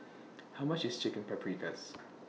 How much IS Chicken Paprikas